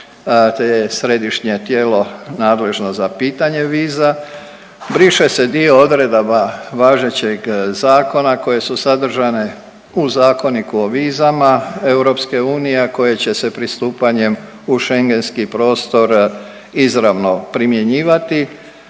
je središnje tijelo nadležno za pitanje viza. Briše se dio odredaba važećeg zakona koje su sadržane u Zakoniku o vizama EU, a koje će se pristupanjem u Schengenski prostor izravno primjenjivati.